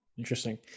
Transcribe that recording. Interesting